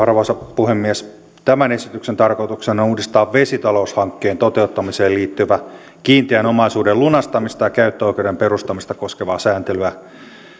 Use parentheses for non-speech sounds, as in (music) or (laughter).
(unintelligible) arvoisa puhemies tämän esityksen tarkoituksena on uudistaa vesitaloushankkeen toteuttamiseen liittyvää kiinteän omaisuuden lunastamista ja käyttöoikeuden perustamista koskevaa sääntelyä